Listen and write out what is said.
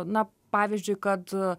na pavyzdžiui kad